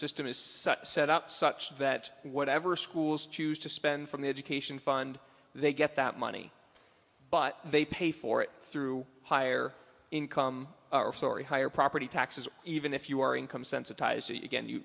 system is such a set up such that whatever schools choose to spend from the education fund they get that money but they pay for it through higher income or story higher property taxes even if you are income sensitised again you